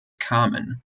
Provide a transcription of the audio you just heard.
kamen